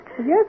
Yes